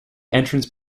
entrance